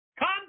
Come